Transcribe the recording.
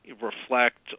reflect